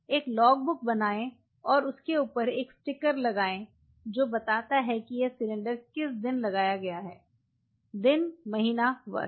एक log book बनाए और उसके ऊपर एक स्टिकर लगाएँ जो बताता है कि यह सिलिंडर किस दिन लगाया गया है दिन महीना वर्ष